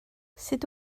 sut